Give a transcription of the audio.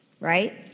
Right